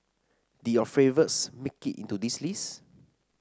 did your favourites make it into this list